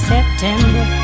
September